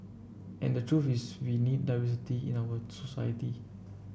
and the truth is we need diversity in our society